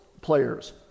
players